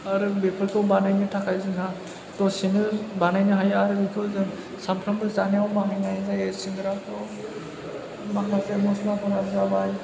आरो बेफोरखौ बानायनो थाखाय जोंहा दसेनो बानायनो हायो आरो बेखौ जों सामफ्रामबो जानायाव बाहायनाय जायो सिंग्राखौ माखासे मस्लाफोरा जाबाय